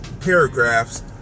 paragraphs